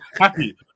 Happy